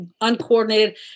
uncoordinated